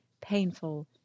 painful